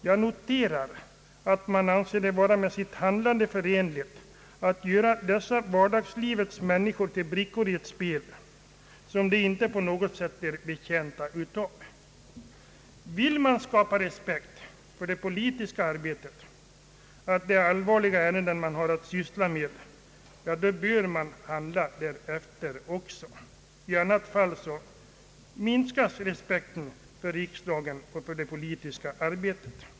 Jag noterar att man anser det vara förenligt med sin allmänna inställning att göra dessa vardagslivets människor till brickor i ett spel, ett handlande som de inte på något sätt är betjänta av. Vill man skapa respekt för det politiska arbetet — att det är allvarliga ärenden man har att syssla med — då bör man också handla därefter. I annat fall minskas respekten för riksdagen och det politiska arbetet.